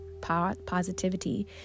positivity